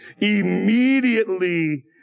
immediately